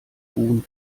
huhn